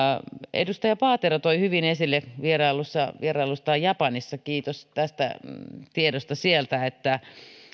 edustaja paatero toi hyvin esille vierailtuaan vierailtuaan japanissa kiitos tästä tiedosta sieltä että